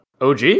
OG